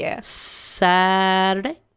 Saturday